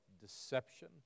deception